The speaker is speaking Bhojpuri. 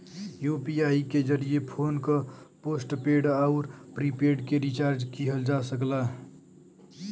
यू.पी.आई के जरिये फोन क पोस्टपेड आउर प्रीपेड के रिचार्ज किहल जा सकला